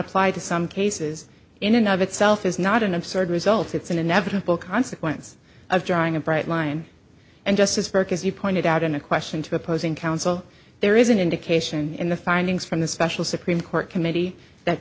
apply to some cases in and of itself is not an absurd result it's an inevitable consequence of drawing a bright line and just as you pointed out in a question to the opposing counsel there is an indication in the findings from the special supreme court committee that